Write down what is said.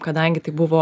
kadangi tai buvo